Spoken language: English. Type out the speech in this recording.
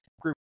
group